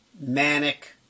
manic